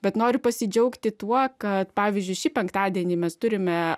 bet noriu pasidžiaugti tuo kad pavyzdžiui šį penktadienį mes turime